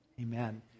Amen